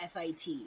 fit